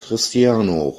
cristiano